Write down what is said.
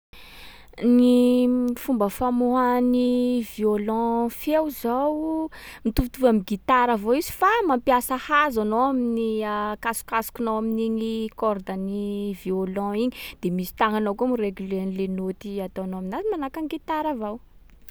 Gny fomba famoahan’ny violon feo zao, mitovitovy am'gitara avao izy fa mampiasa hazo anao amin’ny akasokasokinao amin’igny corden'ny violon igny. De misy tagnanao koa miregle an'le nôty ataonao aminazy manahaka ny gitara avao.